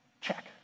Check